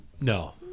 no